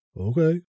Okay